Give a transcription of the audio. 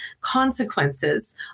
consequences